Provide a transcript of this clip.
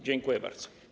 Dziękuję bardzo.